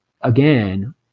again